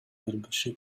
бербеши